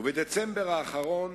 ובדצמבר האחרון